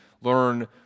learn